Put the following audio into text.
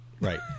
Right